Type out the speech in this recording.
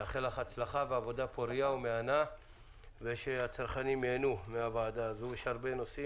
נאחל לך הצלחה ועבודה פורייה ומהנה ושהצרכנים ייהנו מן הוועדה הזאת.